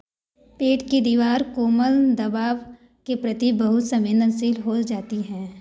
पेट की दीवार कोमल दबाव के प्रति बहुत संवेदनशील हो जाती है